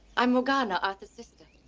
i'm morgana, arthur's sister.